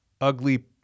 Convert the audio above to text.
ugly